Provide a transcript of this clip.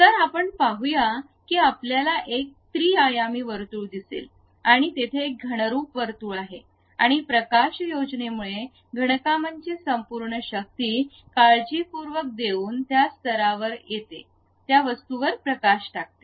तर आपण पाहुया की आपल्याला एक त्रि आयामी वर्तुळ दिसेल आणि तेथे एक घनरूप वर्तुळ आहे आणि प्रकाशयोजनामुळे घन कामांची संपूर्ण शक्ती काळजीपूर्वक देऊन या स्तरावर येते त्या वस्तूवर प्रकाश टाकते